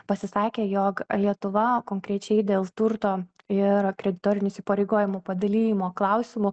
pasisakė jog lietuva konkrečiai dėl turto ir kreditorinių įsipareigojimų padalijimo klausimo